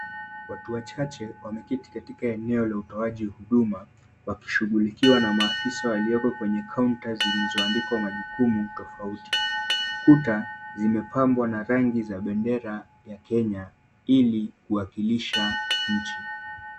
Watu wachache wameketi katika eneo la utoaji huduma wakishughulikiwa na maafisa walioko kwenye kaunta zilizoandikwa majukumu tofauti. Kuta zimepambwa na rangi za bendera ya Kenya ili kuwakilisha nchi.